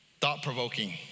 Thought-provoking